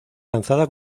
lanzada